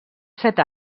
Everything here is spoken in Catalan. set